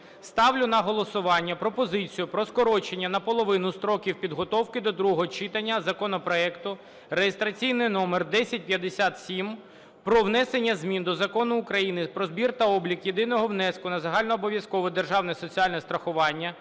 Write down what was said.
ставлю на голосування пропозицію про скорочення на половину строків підготовки до другого читання законопроекту (реєстраційний номер 1057) про внесення змін до Закону України "Про збір та облік єдиного внеску на загальнообов'язкове державне соціальне страхування"